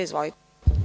Izvolite.